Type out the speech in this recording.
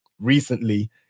recently